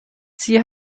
sie